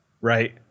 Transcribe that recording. right